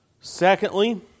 Secondly